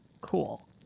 Cool